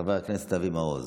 חבר הכנסת אבי מעוז,